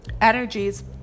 energies